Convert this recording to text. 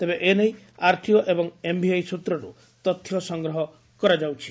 ତେବେ ଏ ନେଇ ଆରଟିଓ ଏବଂ ଏମଭି ଆଇ ସୃତ୍ରରୁ ତଥ୍ୟ ସଂଗ୍ରହ କରାଯାଉଛି